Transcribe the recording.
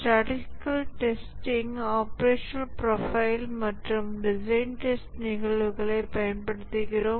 statistical டெஸ்டிங்ல் operational profile மற்றும் design test நிகழ்வுகளைப் பயன்படுத்துகிறோம்